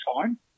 time